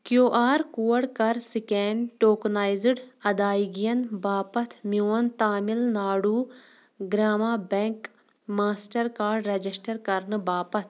کیو R code کَر scan tokenised ادایگِیَن باپتھ میون Tamil Nadu Grama bank Mastercard register کرنہٕ باپتھ